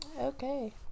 Okay